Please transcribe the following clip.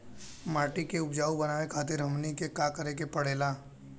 माटी के उपजाऊ बनावे खातिर हमनी के का करें के पढ़ेला?